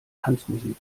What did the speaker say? tanzmusik